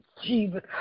Jesus